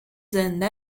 زنده